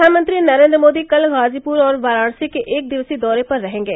प्रधानमंत्री नरेन्द्र मोदी कल गाजीपुर और वाराणसी के एक दिवसीय दौरे पर रहेंगे